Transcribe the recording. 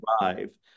drive